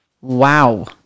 Wow